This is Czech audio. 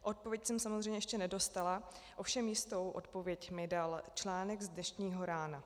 Odpověď jsem samozřejmě ještě nedostala, ovšem jistou odpověď mi dal článek z dnešního rána.